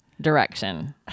direction